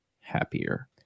happier